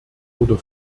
oder